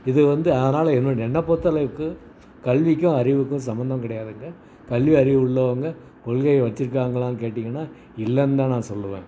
இது வந்து அதனால என்ன என்ன பொறுத்த அளவுக்கு கல்விக்கும் அறிவுக்கும் சம்பந்தம் கிடையாதுங்க கல்வி அறிவு உள்ளவங்க கொள்கையை வச்சுருக்காங்கலான்னு கேட்டிங்கன்னா இல்லைன்தான் நான் சொல்லுவேன்